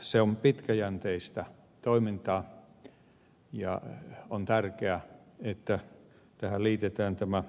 se on pitkäjänteistä toimintaa ja on tärkeää että tähän liitetään tämä